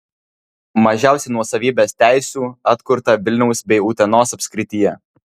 mažiausiai nuosavybės teisių atkurta vilniaus bei utenos apskrityje